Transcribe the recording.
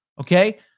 okay